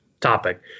Topic